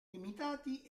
limitati